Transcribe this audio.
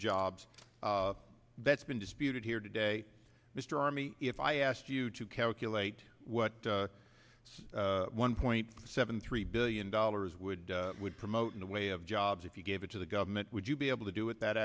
jobs that's been disputed here today mr armey if i asked you to calculate what it's one point seven three billion dollars would would promote in the way of jobs if you gave it to the government would you be able to do it that